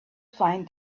find